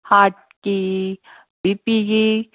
ꯍꯥꯔꯠꯀꯤ ꯕꯤ ꯄꯤꯒꯤ